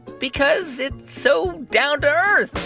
because it's so down-to-earth